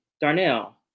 Darnell